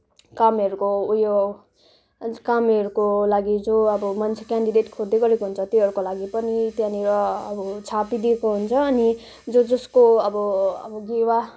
कामहरूको उयो कामहरूको लागि जो अब मान्छे केन्डिडेट खोज्दै गरेको हुन्छ त्योहरूको लागि पनि त्यहाँनिर अब छापिदिएको हुन्छ अनि जो जसको अब गेवा